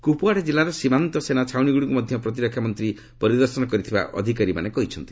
କୁପୁୱାଡ଼ା କିଲ୍ଲାର ସୀମାନ୍ତ ସେନା ଛାଉଣିଗୁଡ଼ିକୁ ମଧ୍ୟ ପ୍ରତିରକ୍ଷା ମନ୍ତ୍ରୀ ପରିଦର୍ଶନ କରିଥିବା ଅଧିକାରୀମାନେ କହିଛନ୍ତି